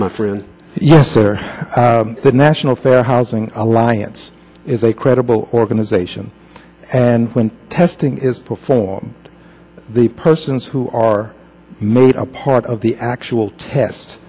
my friend yes or the national fair housing alliance is a credible organization and when testing is performed the persons who are made a part of the actual test